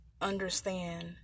understand